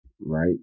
Right